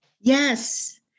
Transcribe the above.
yes